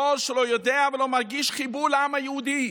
דור שלא יודע ולא מרגיש חיבור לעם היהודי.